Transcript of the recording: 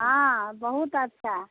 हँ बहुत अच्छा